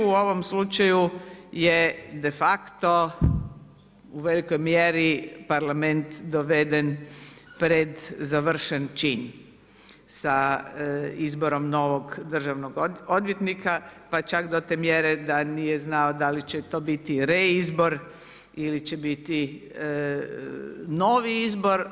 U ovom slučaju je de facto u velikoj mjeri Parlament doveden pred završen čin, sa izborom novog državnog odvjetnika, pa čak do te mjere da nije znao da li će to biti reizbor ili će to biti novi izbor.